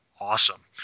Awesome